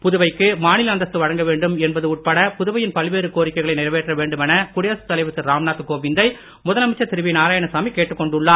புதுவைக்கு மாநில அந்தஸ்து வழங்க வேண்டும் என்பது உட்பட புதுவையின் பல்வேறு கோரிக்கைகளை நிறைவேற்ற வேண்டுமென கோவிந்தை தலைவர் திரு ராம்நாத் திரு குடியரசு முதலமைச்சர் நாராயணசாமி கேட்டுக் கொண்டுள்ளார்